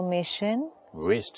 Waste